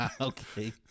Okay